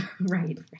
Right